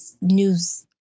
news